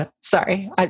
Sorry